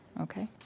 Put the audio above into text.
Okay